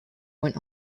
went